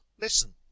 listen